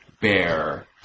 bear